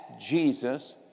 Jesus